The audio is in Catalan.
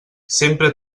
sempre